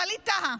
ווליד טאהא,